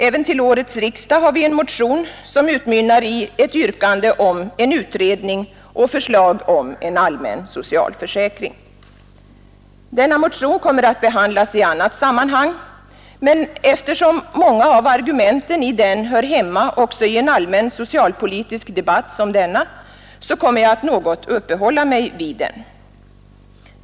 Även till årets riksdag har vi en motion som utmynnar i ett yrkande om en utredning och förslag om en allmän socialförsäkring. Denna motion kommer att behandlas i annat sammanhang, men eftersom många av argumenten i den hör hemma också i en allmän socialpolitisk debatt som denna, så kommer jag att något uppehålla mig vid den.